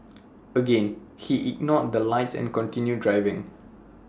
again he ignored the lights and continued driving